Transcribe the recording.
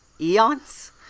eons